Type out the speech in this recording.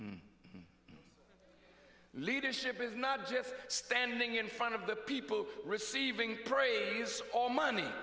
play leadership is not just standing in front of the people receiving praise or money